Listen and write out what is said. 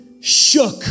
shook